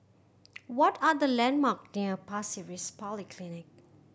what are the landmark near Pasir Ris Polyclinic